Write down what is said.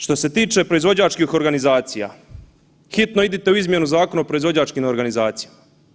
Što se tiče proizvođačkih organizacija, hitno idite u izmjenu Zakona o proizvođačkim organizacijama.